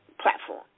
platform